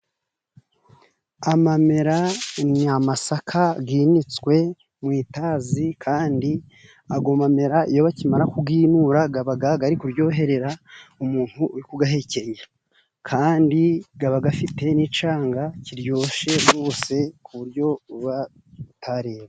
Amamera ni amasaka yininitswe mu itazi, kandi ayo mamera iyo bakimara kuyinura, aba ari kuryoherera umuntu uri kuyahekenya. Kandi aba afite n'icyanga kiryoshye rwose ku buryo Uba utareba.